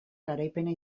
garaipena